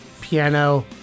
piano